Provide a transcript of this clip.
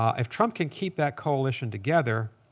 um if trump can keep that coalition together,